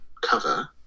cover